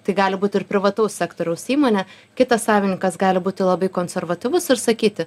tai gali būt ir privataus sektoriaus įmonė kitas savininkas gali būti labai konservatyvus ir sakyti